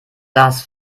das